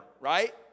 right